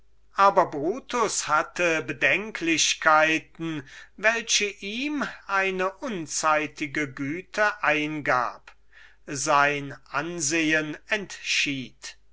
aber brutus hatte bedenklichkeiten welche ihm eine unzeitige güte eingab sein ansehen entschied